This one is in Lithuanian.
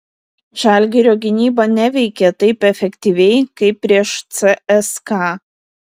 žalgirio gynyba neveikė taip efektyviai kaip prieš cska